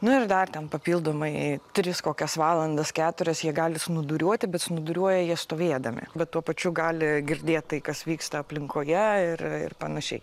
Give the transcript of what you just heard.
nu ir dar ten papildomai tris kokias valandas keturias jie gali snūduriuoti bet snūduriuoja jie stovėdami bet tuo pačiu gali girdėt tai kas vyksta aplinkoje ir ir panašiai